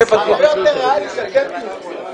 אבל זה לא מה שכתבתם.